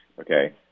Okay